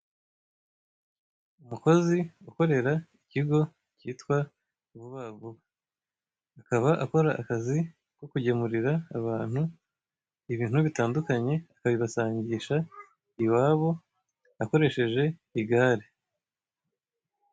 Umukozi ukorera ikigo cyitwa Vuba vuba. Akaba akora akazi ko kugemurira abantu ibintu bitandukanye akabibasangisha iwabo akoresheje igare.